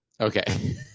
Okay